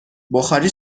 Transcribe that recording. بخاری